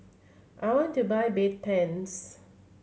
I want to buy Bedpans